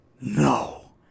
no